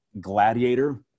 Gladiator